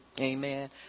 Amen